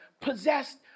possessed